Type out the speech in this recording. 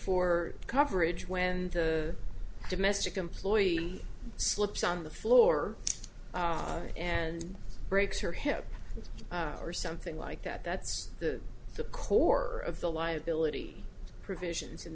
for coverage when the domestic employee slips on the floor and breaks her hip or something like that that's the the core of the liability provisions in